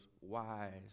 wise